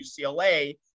UCLA